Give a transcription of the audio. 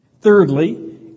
Thirdly